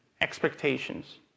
expectations